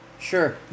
Sure